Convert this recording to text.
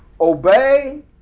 Obey